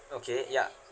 okay ya